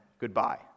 Goodbye